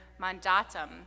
mandatum